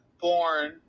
born